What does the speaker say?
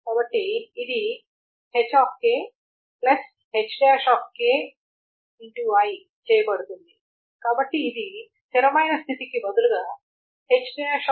కాబట్టి ఇది hhʹi చేయబడుతోంది కాబట్టి ఇది స్థిరమైన స్థితికి బదులుగా hʹ i mod m